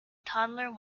toddler